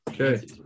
Okay